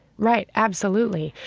right, absolutely.